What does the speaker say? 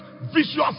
vicious